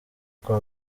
kwa